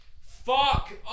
Fuck